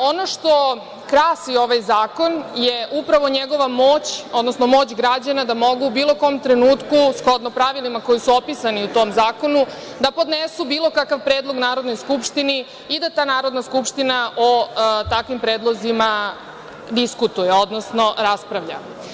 Ono što krasi ovaj zakon je upravo njegova moć, odnosno moć građana da mogu u bilo kom trenutku, shodno pravilima koji su opisani u tom zakonu, da podnesu bilo kakav predlog Narodnoj skupštini i da ta Narodna skupština o takvim predlozima diskutuje, odnosno raspravlja.